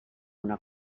una